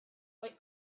quite